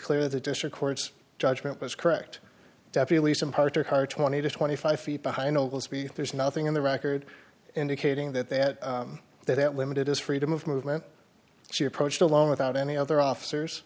clear the district court's judgment was correct definitely some parts are twenty to twenty five feet behind there's nothing in the record indicating that that that it limited his freedom of movement she approached along without any other officers